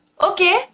Okay